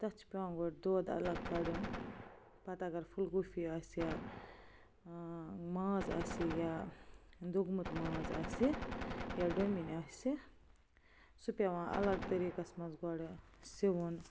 تتھ چھُ پیٚوان گۄڈٕ دۄدھ الگ کڑُن پتہٕ اگر پھول گوٗپی آسہِ یا ٲں ماز آسہِ یا دۄگٕمُت ماز آسہِ یا ڈۄمِنۍ آسہِ سُہ پیٚوان الگ طریقس منٛزگۄڈٕ سِوُن